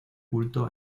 culto